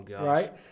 right